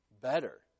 better